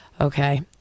okay